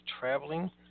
traveling